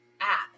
app